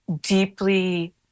deeply